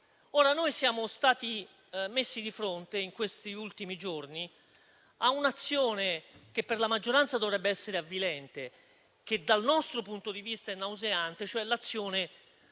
noi siamo stati messi di fronte in questi ultimi giorni a un'azione, che per la maggioranza dovrebbe essere avvilente e che dal nostro punto di vista è nauseante: la guerra